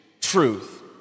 truth